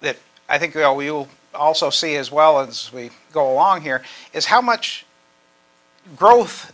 that i think you know we'll also see as well as we go along here is how much growth